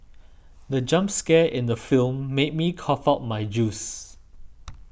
the jump scare in the film made me cough out my juice